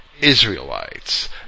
Israelites